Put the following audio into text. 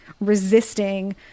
resisting